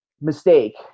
mistake